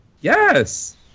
Yes